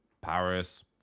Paris